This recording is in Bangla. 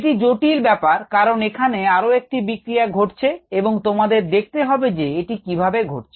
একটি জটিল ব্যাপার কারণ এখানে আরো একটি বিক্রিয়া ঘটছে এবং তোমাদের দেখতে হবে যে এটি কিভাবে ঘটছে